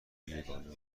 یگانه